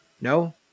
No